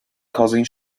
causing